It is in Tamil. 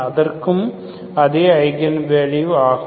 அதற்கும் அதே ஐகன் வேல்யூ ஆகும்